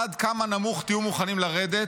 עד כמה נמוך תהיו מוכנים לרדת,